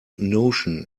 notion